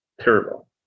terrible